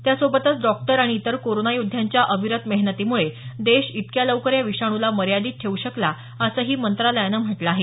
त्यासोबतच डॉक्टर आणि इतर कोरोना योद्ध्यांच्या अविरत मेहनतीमुळे देश इतक्या लवकर या विषाणूला मर्यादित ठेऊ शकला असंही मंत्रालयानं म्हटलं आहे